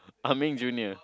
Ah-Meng junior